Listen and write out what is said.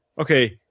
okay